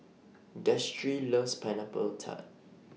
Destry loves Pineapple Tart